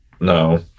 No